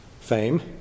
fame